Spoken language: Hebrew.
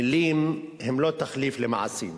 מלים הן לא תחליף למעשים,